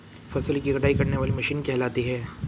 फसल की कटाई करने वाली मशीन कहलाती है?